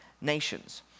nations